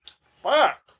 Fuck